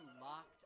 locked